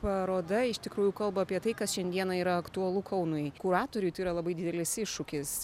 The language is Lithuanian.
paroda iš tikrųjų kalba apie tai kas šiandieną yra aktualu kaunui kuratoriui tai yra labai didelis iššūkis